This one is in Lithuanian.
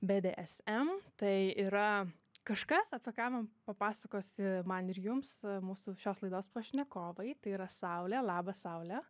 bdsm tai yra kažkas apie ką mum papasakos man ir jums mūsų šios laidos pašnekovai tai yra saulė labas saule